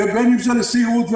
ובין אם זה לסיעוד,